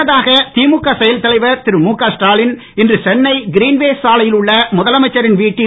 முன்னதாக திமுக செயல் தலைவர் திரு முக ஸ்டாலின் இன்று சென்னை கிரீன்வேஸ் சாலையில் உள்ள முதலமைச்சரின் வீட்டில்